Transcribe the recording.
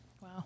Wow